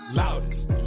loudest